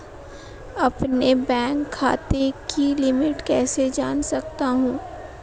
अपने बैंक खाते की लिमिट कैसे जान सकता हूं?